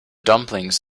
dumplings